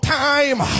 time